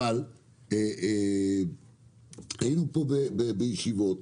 אבל היינו פה בישיבות.